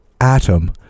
atom